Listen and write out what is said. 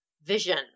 vision